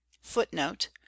footnote